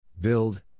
Build